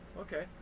okay